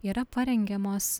yra parengiamos